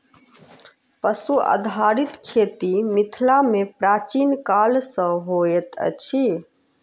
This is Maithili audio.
पशु आधारित खेती मिथिला मे प्राचीन काल सॅ होइत अछि